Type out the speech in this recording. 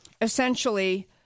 essentially